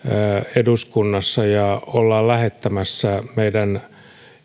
eduskunnassa ja ollaan lähettämässä meidän